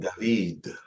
David